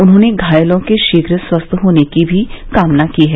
उन्होंने घायलों के शीघ्र स्वस्थ होने की भी कामना की है